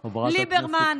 ליברמן,